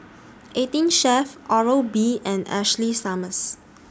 eighteen Chef Oral B and Ashley Summers